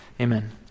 amen